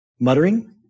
muttering